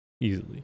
Easily